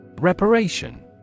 Reparation